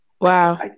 Wow